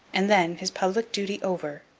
and then, his public duty over,